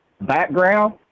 background